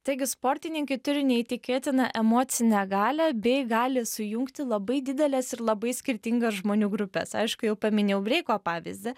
taigi sportininkai turi neįtikėtiną emocinę galią bei gali sujungti labai dideles ir labai skirtingas žmonių grupes aišku jau paminėjau breiko pavyzdį